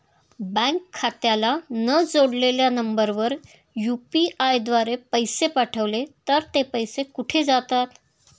Bank खात्याला न जोडलेल्या नंबरवर यु.पी.आय द्वारे पैसे पाठवले तर ते पैसे कुठे जातात?